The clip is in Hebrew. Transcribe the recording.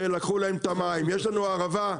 שלקחו להם את המים; יש לנו את הערבה.